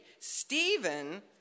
Stephen